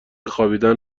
خوابیدن